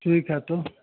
ठीक है तो